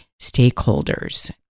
stakeholders